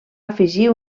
afegir